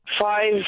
five